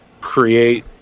create